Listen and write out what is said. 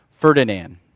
Ferdinand